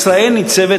ישראל ניצבת,